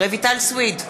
רויטל סויד,